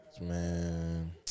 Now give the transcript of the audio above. Man